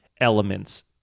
elements